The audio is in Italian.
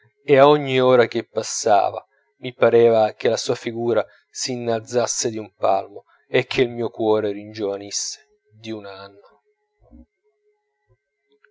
e ad ogni ora che passava mi pareva che la sua figura si innalzasse di un palmo e che il mio cuore ringiovanisse d'un anno